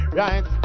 right